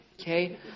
okay